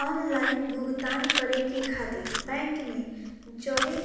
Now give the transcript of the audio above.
online भुगतान करे के खातिर बैंक मे जवे